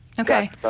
Okay